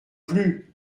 plus